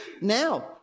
now